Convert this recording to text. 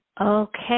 okay